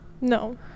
no